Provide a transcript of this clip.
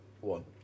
one